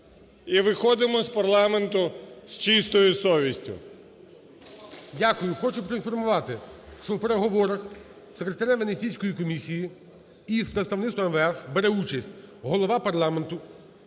і виходимо з парламенту з чистою совістю. ГОЛОВУЮЧИЙ. Дякую. Хочу проінформувати, що у переговорах із секретарем Венеційської комісії і з представництвом МВФ бере участь: голова парламенту